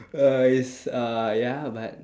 uh it's uh ya but